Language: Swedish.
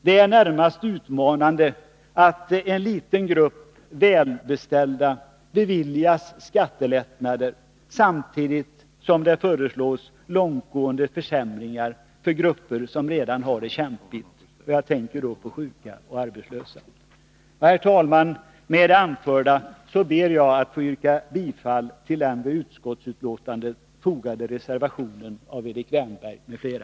Det är närmast utmanande att en liten grupp välbeställda beviljas skattelättnader samtidigt som det föreslås långtgående försämringar för grupper som redan har det svårt — jag tänker då på sjuka och arbetslösa. Herr talman! Med det anförda ber jag att få yrka bifall till den vid utskottsbetänkandet fogade reservationen av Erik Wärnberg m.fl.